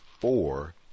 four